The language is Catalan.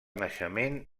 naixement